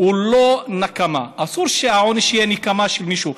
הוא לא נקמה, אסור שהעונש יהיה נקמה במישהו.